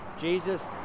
Jesus